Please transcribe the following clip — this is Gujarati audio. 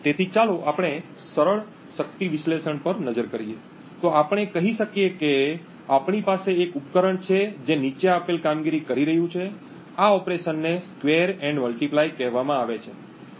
તેથી ચાલો આપણે સરળ શક્તિ વિશ્લેષણ પર નજર કરીએ તો આપણે કહી શકીએ કે આપણી પાસે એક ઉપકરણ છે જે નીચે આપેલ કામગીરી કરી રહ્યું છે આ ઓપરેશનને સ્કવેર and મલ્ટીપ્લાય કહેવામાં આવે છે